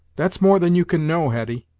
that's more than you can know, hetty.